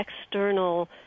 external